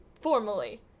formally